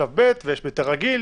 שלב ב' ויש בהיתר רגיל.